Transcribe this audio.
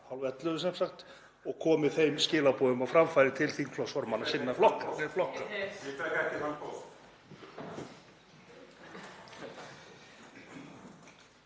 og komið þeim skilaboðum á framfæri til þingmanna sinna flokka.